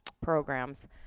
programs